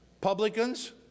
PUBLICANS